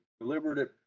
deliberative